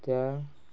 त्या